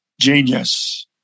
genius